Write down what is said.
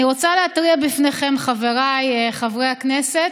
אני רוצה להתריע בפניכם, חבריי חברי הכנסת,